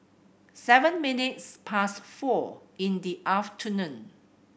seven minutes past four in the afternoon